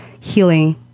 healing